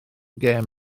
gêm